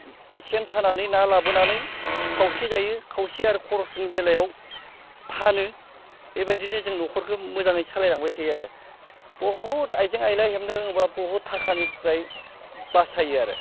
सेन सानानै ना लाबोनानै खावसे जायो खावसे आरो खरसनि बेलायाव फानो बेबायदिनो जों न'खरखौ मोजाङै सालायलांबाय थायो आरो बहुत आइजें आयला हेबनो रोंबा बहुत थाखानिफ्राय बासायो आरो